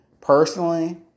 personally